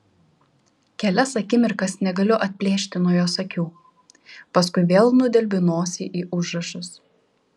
kelias akimirkas negaliu atplėšti nuo jos akių paskui vėl nudelbiu nosį į užrašus